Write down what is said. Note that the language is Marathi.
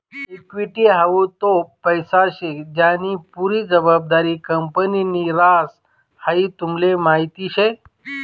इक्वीटी हाऊ तो पैसा शे ज्यानी पुरी जबाबदारी कंपनीनि ह्रास, हाई तुमले माहीत शे